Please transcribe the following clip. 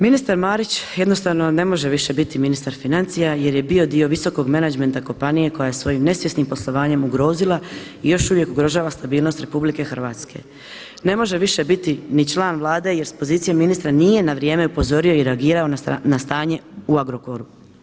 Ministar Marić jednostavno ne može više biti ministar financija, jer je bio dio visokog menadžmenta kompanije koja je svojim nesvjesnim poslovanjem ugrozila i još uvijek ugrožava stabilnost Republike Hrvatske, ne može više biti ni član Vlade jer s pozicije ministra nije na vrijeme upozorio i reagirao na stanje u Agrokoru.